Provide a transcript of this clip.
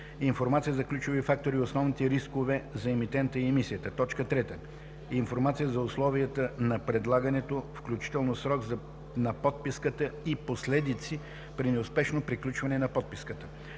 информация за ключови факти и основните рискове за емитента и емисията; 3. информация за условията на предлагането, включително срок на подписката и последици при неуспешно приключване на подписката;